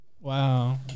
Wow